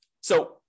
So-